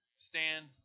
Stand